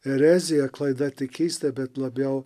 erezija klaida tik keista bet labiau